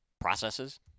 processes